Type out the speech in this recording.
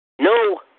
No